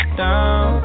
down